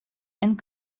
and